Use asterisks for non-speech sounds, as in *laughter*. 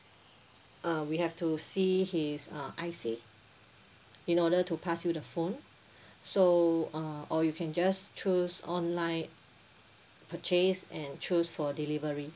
uh we have to see his uh I_C in order to pass you the phone *breath* so uh or you can just choose online purchase and choose for delivery